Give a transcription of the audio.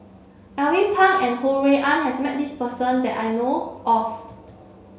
Alvin Pang and Ho Rui An has met this person that I know of